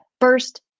first